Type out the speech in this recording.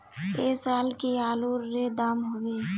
ऐ साल की आलूर र दाम होबे?